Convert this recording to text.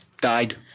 died